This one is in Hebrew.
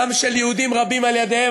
דם של יהודים רבים על ידיהם.